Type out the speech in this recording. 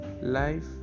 Life